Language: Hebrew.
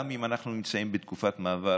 גם אם אנחנו נמצאים בתקופת מעבר,